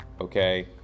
Okay